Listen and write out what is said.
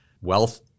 wealth